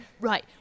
right